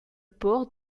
port